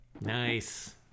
nice